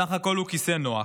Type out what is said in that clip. בסך הכול הוא כיסא נוח.